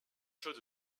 chose